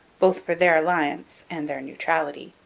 both for their alliance and their neutrality.